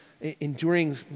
enduring